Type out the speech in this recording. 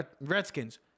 Redskins